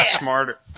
smarter